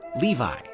Levi